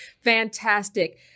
Fantastic